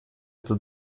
эта